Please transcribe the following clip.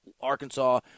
Arkansas